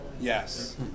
Yes